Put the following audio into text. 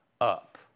up